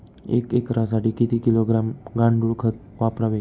एक एकरसाठी किती किलोग्रॅम गांडूळ खत वापरावे?